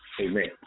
amen